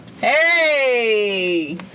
Hey